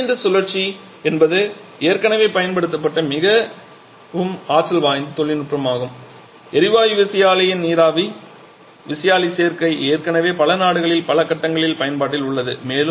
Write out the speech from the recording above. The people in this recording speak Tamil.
ஒருங்கிணைந்த சுழற்சி என்பது ஏற்கனவே பயன்படுத்தப்பட்ட மிகவும் ஆற்றல் வாய்ந்த தொழில்நுட்பமாகும் எரிவாயு விசையாழி நீராவி விசையாழி சேர்க்கை ஏற்கனவே பல நாடுகளில் பல கட்டங்களில் பயன்பாட்டில் உள்ளது